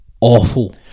awful